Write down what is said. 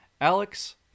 Alex